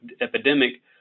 epidemic